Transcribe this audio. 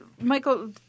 Michael